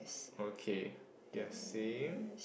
okay you are saying